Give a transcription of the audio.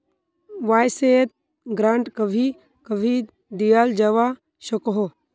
वाय्सायेत ग्रांट कभी कभी दियाल जवा सकोह